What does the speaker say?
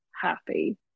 happy